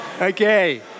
Okay